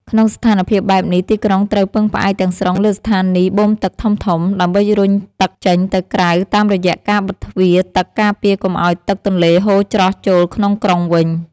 ក្នុងស្ថានភាពបែបនេះ ទីក្រុងត្រូវពឹងផ្អែកទាំងស្រុងលើស្ថានីយបូមទឹកធំៗ ដើម្បីរុញទឹកចេញទៅក្រៅតាមរយៈការបិទទ្វារទឹកការពារកុំឱ្យទឹកទន្លេហូរច្រោះចូលក្នុងក្រុងវិញ។